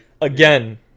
Again